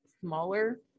smaller